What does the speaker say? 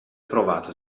provato